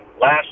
last